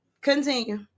continue